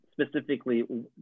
specifically